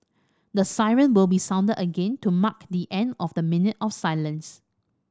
the siren will be sounded again to mark the end of the minute of silence